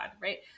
right